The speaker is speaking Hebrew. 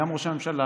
גם ראש הממשלה,